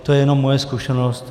To je jenom moje zkušenost.